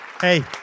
Hey